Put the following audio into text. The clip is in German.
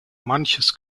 manches